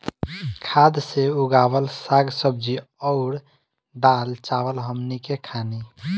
खाद से उगावल साग सब्जी अउर दाल चावल हमनी के खानी